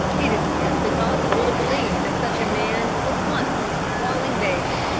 it is scarcely possible to believe that such a man was once a squalling baby.